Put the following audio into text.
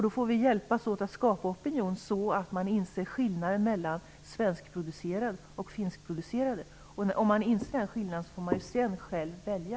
Då får vi hjälpas åt att skapa opinion så att man inser skillnaden mellan svenskproducerade och finskproducerade ägg. Om man inser den skillnaden får man sedan själv välja.